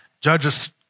Judges